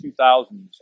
2000s